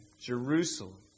Jerusalem